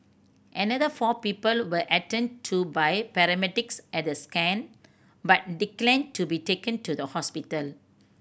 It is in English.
another four people were attended to by paramedics at the scene but declined to be taken to the hospital